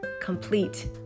Complete